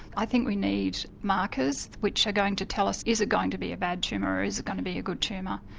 i think we need markers which are going to tell us, is it going to be a bad tumour or is it going to be a good tumour.